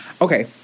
Okay